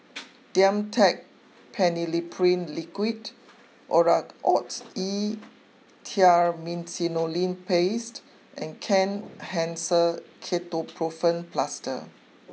Dimetapp Phenylephrine Liquid Oracort E Triamcinolone Paste and Kenhancer Ketoprofen Plaster